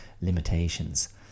limitations